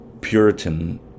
Puritan